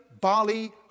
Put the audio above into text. Bali